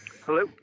hello